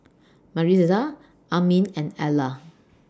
Maritza Armin and Ellar